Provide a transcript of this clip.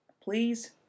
please